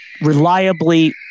reliably